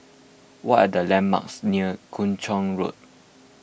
what are the landmarks near Kung Chong Road